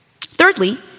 Thirdly